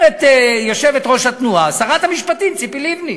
אומרת יושבת-ראש התנועה, שרת המשפטים ציפי לבני,